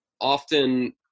often